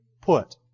put